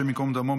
השם ייקום דמו,